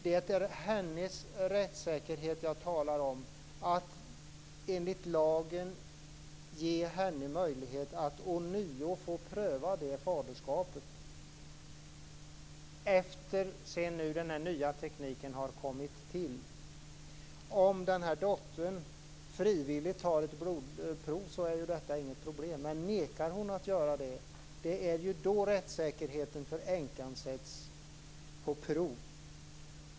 Det är hennes rättssäkerhet jag talar om, att enligt lagen ge henne möjlighet att ånyo få pröva faderskapet efter att den nya tekniken nu har kommit till. Om dottern frivilligt lämnar ett blodprov är det ju inget problem. Men det är ju om hon nekar att göra det som rättssäkerheten för änkan sätts på prov.